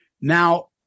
Now